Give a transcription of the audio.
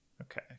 Okay